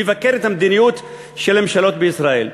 לבקר את המדיניות של הממשלות בישראל.